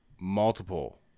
multiple